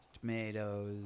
tomatoes